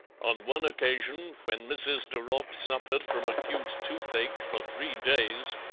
on one occasion, when mrs. de ropp suffered from acute toothache for three days,